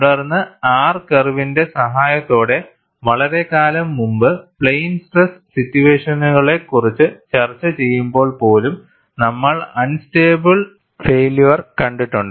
തുടർന്ന് R കർവിന്റെ സഹായത്തോടെ വളരെക്കാലം മുമ്പ് പ്ലെയിൻ സ്ട്രെസ് സിറ്റുവേഷനുകളെക്കുറിച്ച് ചർച്ചചെയ്യുമ്പോൾ പോലും നമ്മൾ അൺസ്റ്റബിൾ ഫൈയില്യർ കണ്ടിട്ടുണ്ട്